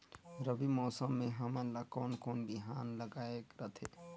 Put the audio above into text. रबी मौसम मे हमन ला कोन कोन बिहान लगायेक रथे?